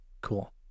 Cool